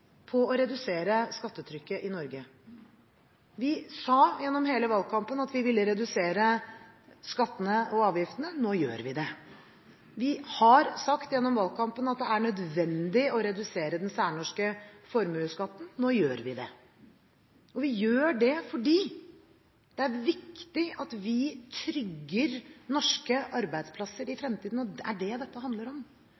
på å redusere skattetrykket i Norge. Vi sa gjennom hele valgkampen at vi ville redusere skattene og avgiftene. Nå gjør vi det. Vi har sagt gjennom valgkampen at det er nødvendig å redusere den særnorske formuesskatten. Nå gjør vi det. Vi gjør det fordi det er viktig at vi trygger norske arbeidsplasser i